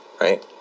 Right